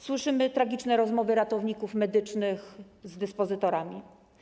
Słyszymy tragiczne rozmowy ratowników medycznych z dyspozytorami.